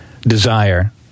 desire